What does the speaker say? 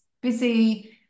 busy